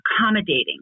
accommodating